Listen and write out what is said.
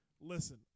listen